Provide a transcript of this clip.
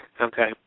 Okay